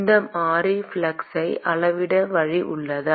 இந்த மாறி ஃப்ளக்ஸை அளவிட வழி உள்ளதா